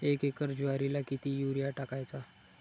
एक एकर ज्वारीला किती युरिया टाकायचा?